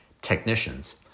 technicians